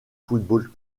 football